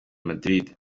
madrid